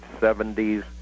70s